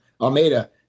Almeida